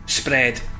Spread